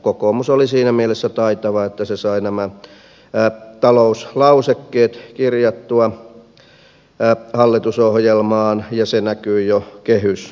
kokoomus oli siinä mielessä taitava että se sai nämä talouslausekkeet kirjattua hallitusohjelmaan ja se näkyy jo kehysratkaisussa